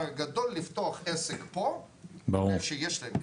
הגדול לפתוח עסק פה למרות שיש להם כסף,